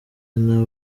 nta